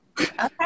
Okay